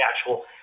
actual